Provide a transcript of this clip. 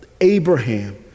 Abraham